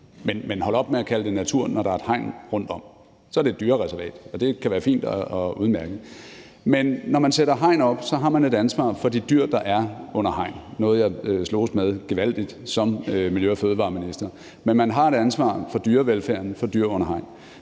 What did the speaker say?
men hold op med at kalde det natur, når der er et hegn rundtom; så er det et dyrereservat, og det kan være fint og udmærket. Men når man sætter hegn op, har man et ansvar for de dyr, der er under hegn – noget, jeg sloges gevaldigt med som miljø- og fødevareminister. Men man har et ansvar for dyrevelfærden for dyr under hegn.